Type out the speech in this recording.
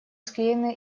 склеены